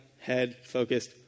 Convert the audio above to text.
head-focused